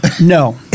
No